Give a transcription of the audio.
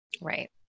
Right